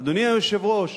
אדוני היושב-ראש,